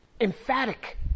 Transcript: emphatic